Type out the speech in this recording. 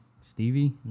Stevie